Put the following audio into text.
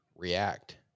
React